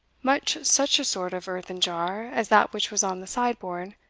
much such a sort of earthen jar as that which was on the sideboard.